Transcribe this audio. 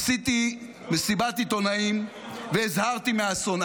עשיתי מסיבת עיתונאים והזהרתי מאסון.